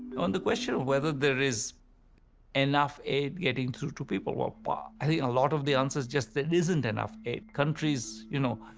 on the question of whether there is enough aid getting through to people or, ah i think a lot of the answers, just there and isn't enough aid countries, you know,